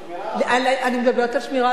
אני מדברת על שמירה על החוק.